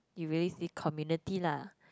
you really see community lah